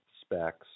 specs